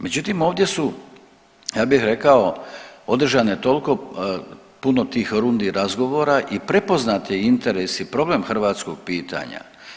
Međutim, ovdje su ja bih rekao održane toliko puno tih rundi razgovora i prepoznat je interes i problem hrvatskog pitanja.